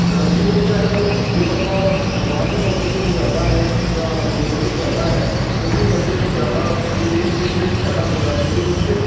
plumbing ਵਿੱਚ ਅੱਜ ਕੱਲ੍ਹ ਜੇ ਬੰਦਾ ਬਾਹਰਲੀ ਕੰਟਰੀ ਵਿੱਚ ਜਾਂਦਾ ਹੈ ਜਾਂ ਵਿਦੇਸ਼ ਵਿੱਚ ਜਾਂਦਾ ਹੈ ਉੱਥੇ ਬੰਦੇ ਨੂੰ ਜ਼ਿਆਦਾ ਇਸ ਚੀਜ਼ ਵਿੱਚ ਫਾਇਦਾ ਹੁੰਦਾ ਹੈ ਕਿਉਂਕਿ ਉੱਥੇ